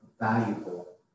valuable